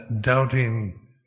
doubting